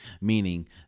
meaning